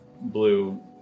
blue